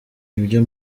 ibyo